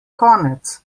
konec